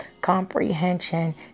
comprehension